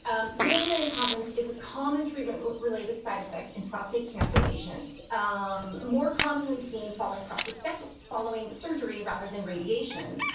urinary incontinence is a common treatment related side effect in prostate cancer patients more commonly seen falling process following surgery, rather than radiation.